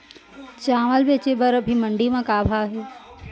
चांवल बेचे बर अभी मंडी म का भाव हे?